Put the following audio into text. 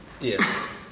Yes